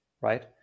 right